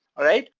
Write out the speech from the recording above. alright?